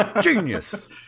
Genius